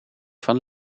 van